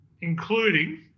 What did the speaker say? including